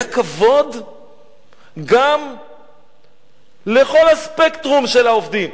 היה כבוד גם לכל הספקטרום של העובדים.